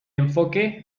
enfoque